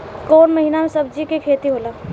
कोउन महीना में सब्जि के खेती होला?